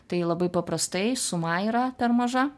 tai labai paprastai suma yra per maža